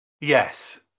Yes